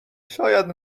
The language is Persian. شاید